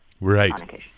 Right